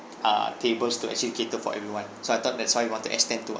uh tables to actually cater for everyone so I thought that's why we want to extend to